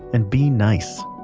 and be nice